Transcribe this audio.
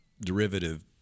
derivative